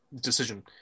decision